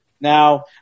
Now